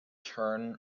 turn